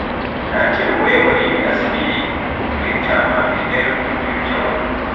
Natir wayawal USB pirinta ma nder komfiyutawal